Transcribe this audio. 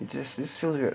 just the show juga